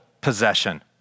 possession